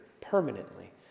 permanently